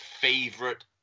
favorite